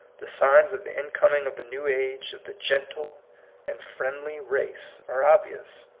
the signs of the incoming of the new age of the gentle and friendly race are obvious.